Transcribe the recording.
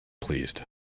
pleased